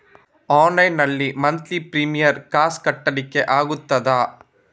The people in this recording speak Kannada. ಆನ್ಲೈನ್ ನಲ್ಲಿ ಮಂತ್ಲಿ ಪ್ರೀಮಿಯರ್ ಕಾಸ್ ಕಟ್ಲಿಕ್ಕೆ ಆಗ್ತದಾ?